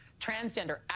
transgender